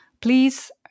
please